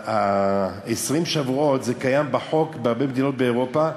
20 השבועות, זה קיים בחוק בהרבה מדינות באירופה,